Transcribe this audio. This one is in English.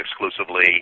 exclusively